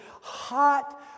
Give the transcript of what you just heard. hot